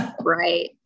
Right